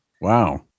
Wow